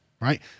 right